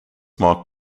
marked